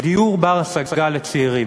דיור בר-השגה לצעירים.